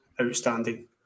outstanding